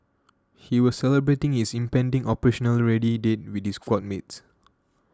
he was celebrating his impending operationally ready date with his squad mates